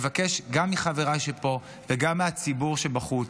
אני מבקש גם מחבריי שפה וגם מהציבור שבחוץ: